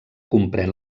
comprèn